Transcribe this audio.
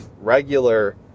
regular